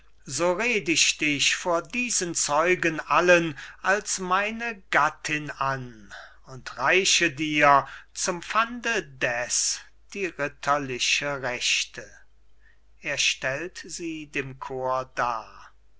so red ich dich vor diesen zeugen allen als meine gattin an und reiche dir zum pfande deß die ritterliche rechte er stellt sie dem chor dar